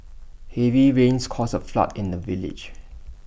heavy rains caused A flood in the village